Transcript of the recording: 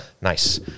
Nice